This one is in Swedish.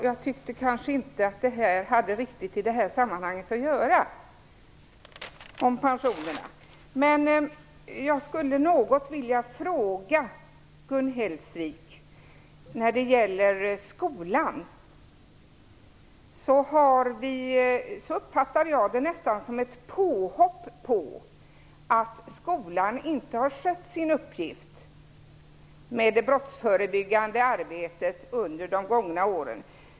Herr talman! Jag tyckte inte att pensionerna hade med saken att göra i det här sammanhanget. Jag skulle vilja ha besked av Gun Hellsvik i en fråga. När det gäller skolan uppfattar jag det hon sade nästan som ett påhopp på att skolan inte har skött sin uppgift med det brottsförebyggande arbetet under de gångna åren.